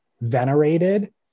venerated